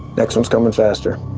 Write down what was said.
next one's coming faster